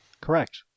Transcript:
Correct